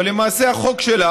למעשה החוק שלך,